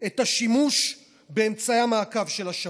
את השימוש באמצעי המעקב של השב"כ,